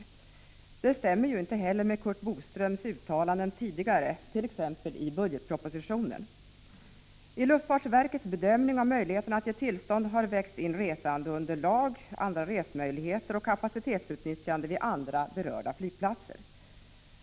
Detta överensstämmer ju inte heller med Curt Boströms tidigare uttalanden, t.ex. i budgetpropositionen. I luftfartsverkets bedömning av möjligheterna att ge tillstånd har vägts resandeunderlag, andra resmöjligheter och kapacitetsutnyttjandet vid andra berörda flygplatser.